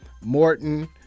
Morton